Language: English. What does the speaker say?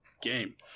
game